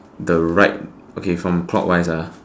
the right okay from clockwise ah